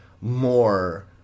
more